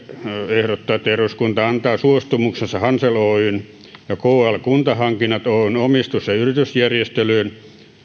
ehdottaa että eduskunta antaa suostumuksensa hansel oyn ja kl kuntahankinnat oyn omistus ja yritysjärjestelyyn